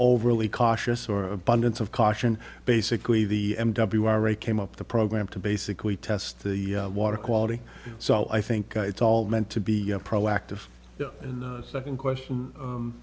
overly cautious or abundance of caution basically the m w are a came up the program to basically test the water quality so i think it's all meant to be proactive in the second question